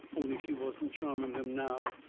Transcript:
only she wasn't charming them now.